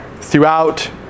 throughout